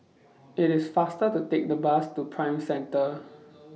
IT IS faster to Take The Bus to Prime Centre